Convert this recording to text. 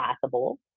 possible